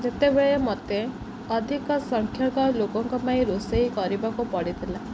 ଯେତେବେଳେ ମୋତେ ଅଧିକ ସଂଖ୍ୟକ ଲୋକଙ୍କ ପାଇଁ ରୋଷେଇ କରିବାକୁ ପଡ଼ିଥିଲା